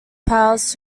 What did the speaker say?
powers